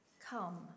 Come